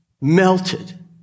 melted